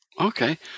Okay